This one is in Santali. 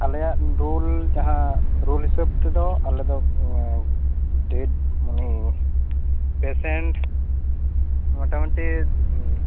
ᱟᱞᱮᱭᱟᱜ ᱨᱩᱞ ᱡᱟᱦᱟᱸ ᱨᱩᱞ ᱦᱤᱥᱟᱹᱵᱽ ᱛᱮᱫᱮ ᱟᱞᱮ ᱫᱚ ᱰᱮᱹᱰ ᱩᱱᱤ ᱯᱮᱥᱮᱱᱴ ᱢᱳᱴᱟ ᱢᱩᱴᱤ